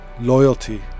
loyalty